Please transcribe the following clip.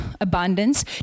abundance